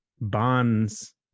bonds